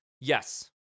Yes